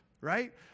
right